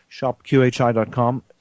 shopqhi.com